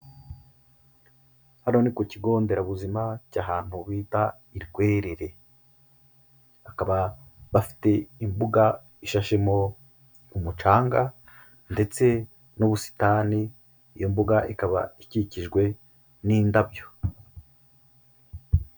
Hano ni ku kigo nderabuzima cy'ahantu bita i Rwerere, bakaba bafite imbuga ishashemo umucanga ndetse n'ubusitani, iyo mbuga ikaba ikikijwe n'indabyo.